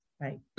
Right